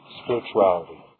spirituality